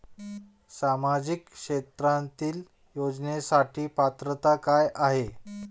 सामाजिक क्षेत्रांतील योजनेसाठी पात्रता काय आहे?